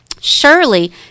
Surely